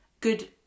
good